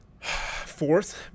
fourth